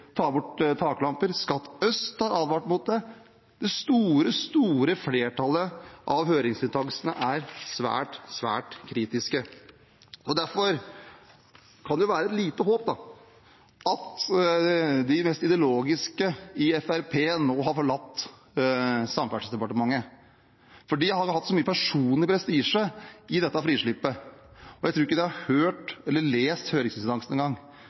ta bort taklampene. Skatt Øst har advart mot det. Det store flertallet av høringsinstansene er svært, svært kritiske. Det er derfor et lite håp i at de mest ideologiske i Fremskrittspartiet nå har forlatt Samferdselsdepartementet, for de har hatt mye personlig prestisje i dette frislippet. Jeg tror ikke de har lest høringsuttalelsene engang. Nå har vi fått en